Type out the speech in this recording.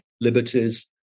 liberties